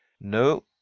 no